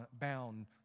bound